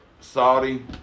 Saudi